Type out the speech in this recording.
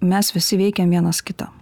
mes visi veikiam vienas kitą